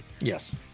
Yes